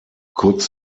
kurz